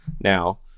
Now